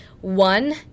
one